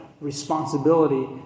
responsibility